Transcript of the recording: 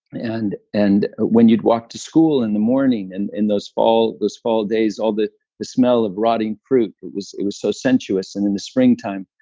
and and when you'd walk to school in the morning and in those fall those fall days, all the the smell of rotting fruit, it was so sensuous. and in the springtime,